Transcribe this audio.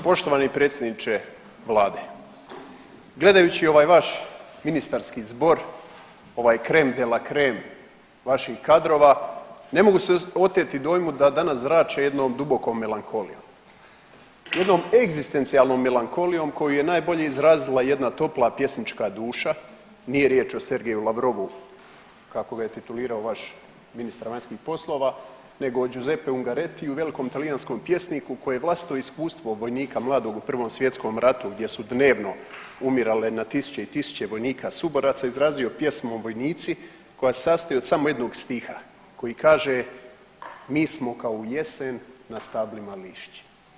Poštovani predsjedniče vlade, gledajući ovaj vaš ministarski zbor, ovaj krem dela krem vaših kadrova ne mogu se oteti dojmu da danas zrače jednom dubokom melankolijom, jednom egzistencijalnom melankolijom koju je najbolje izrazila jedna topla pjesnička duša, nije riječ o Sergiju Lavrovu kako ga je titulirao vaš ministar vanjskih poslova nego o Giuseppeu Ungarettiu velikom talijanskom pjesniku koji je vlastito iskustvo vojnika mladog u Prvom svjetskom ratu gdje su dnevno umirale na tisuće i tisuće vojnika suboraca izrazio pjesmom „Vojnici“ koja se sastoji od samo jednog stiha koji kaže „Mi smo kao u jesen na stablima lišća“